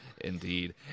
indeed